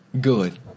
Good